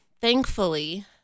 thankfully